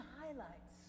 highlights